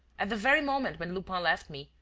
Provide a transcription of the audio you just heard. at the very moment when lupin left me,